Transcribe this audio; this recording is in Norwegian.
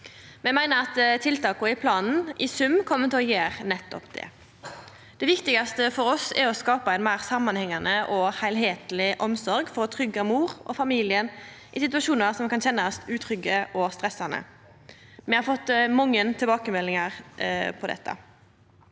Me meiner tiltaka i planen i sum kjem til å gjera nettopp det. Det viktigaste for oss er å skapa ei meir samanhengande og heilskapleg omsorg for å tryggja mor og familien i situasjonar som kan kjennast utrygge og stressande. Me har fått mange tilbakemeldingar om dette.